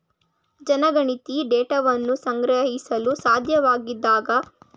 ಜನಗಣತಿ ಡೇಟಾವನ್ನ ಸಂಗ್ರಹಿಸಲು ಸಾಧ್ಯವಾಗದಿದ್ದಾಗ ಸಂಖ್ಯಾಶಾಸ್ತ್ರಜ್ಞರು ಅಭಿವೃದ್ಧಿಪಡಿಸುವ ಮೂಲಕ ಡೇಟಾವನ್ನ ಸಂಗ್ರಹಿಸುತ್ತಾರೆ